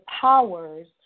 powers